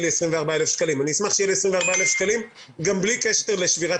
לי 24,000. אני אשמח שיהיו לי 24,000 שקלים גם בלי קשר לשבירת